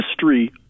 history